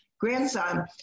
grandson